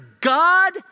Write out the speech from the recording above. God